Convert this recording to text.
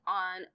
on